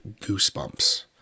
goosebumps